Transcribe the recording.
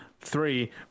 Three